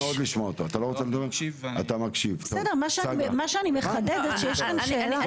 מה שאני מחדדת שיש כאן שאלה.